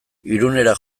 irunera